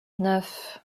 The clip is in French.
neuf